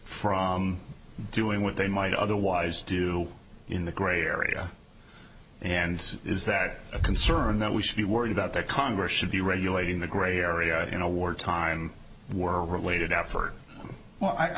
for doing what they might otherwise do in the gray area and is there a concern that we should be worried about that congress should be regulating the grey area in a war time war related out for well i